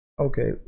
Okay